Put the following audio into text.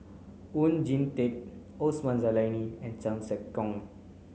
Oon Jin Teik Osman Zailani and Chan Sek Keong